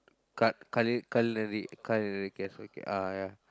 cut~ cutl~ cutlery cutlery k okay ah ya